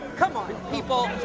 come on, people,